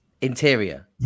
interior